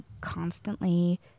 constantly